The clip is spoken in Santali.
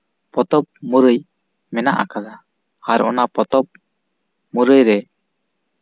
ᱯᱚᱛᱚᱵᱽ ᱢᱩᱨᱟᱹᱭ ᱢᱮᱱᱟᱜ ᱟᱠᱟᱫᱟ ᱟᱨ ᱚᱱᱟ ᱯᱚᱛᱚᱵᱽ ᱢᱩᱨᱟᱹᱭ ᱨᱮ